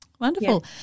Wonderful